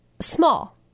small